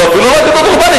או אפילו לא אגדה אורבנית,